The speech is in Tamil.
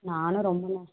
நானும் ரொம்ப